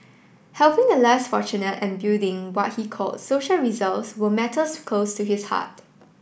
helping the less fortunate and building what he called social reserves were matters close to his heart